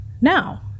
now